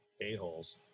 a-holes